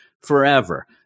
forever